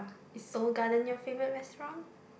is Seoul-Garden your favourite restaurant